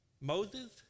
Moses